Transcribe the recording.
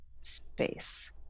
space